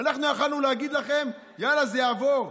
אנחנו יכולנו להגיד לכם: יאללה, זה יעבור.